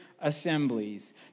assemblies